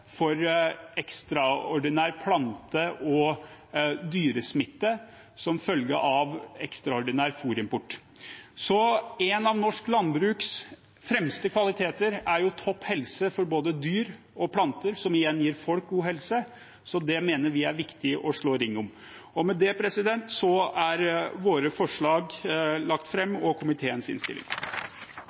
for ekstraordinær plante- og dyresmitte som følge av ekstraordinær fôrimport. En av norsk landbruks fremste kvaliteter er topp helse for både dyr og planter, som igjen gir folk god helse. Det mener vi det er viktig å slå ring om. Med dette er våre forslag i komiteens innstilling lagt